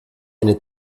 eine